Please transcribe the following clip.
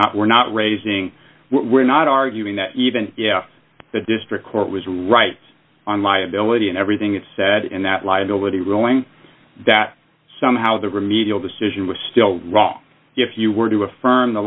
not we're not raising we're not arguing that even the district court was right on liability and everything it said in that liability ruling that somehow the remedial decision was still wrong if you were to affirm the